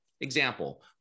Example